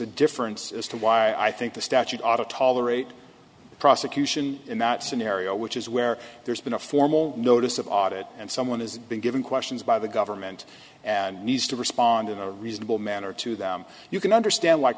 a difference as to why i think the statute ought to tolerate the prosecution in that scenario which is where there's been a formal notice of audit and someone has been given questions by the government and needs to respond in a reasonable manner to them you can understand